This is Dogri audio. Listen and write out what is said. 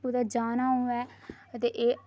कुतै जाना होऐ ते एह्